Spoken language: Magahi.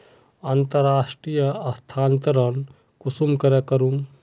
अंतर्राष्टीय स्थानंतरण कुंसम करे करूम?